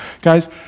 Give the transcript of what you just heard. Guys